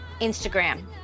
Instagram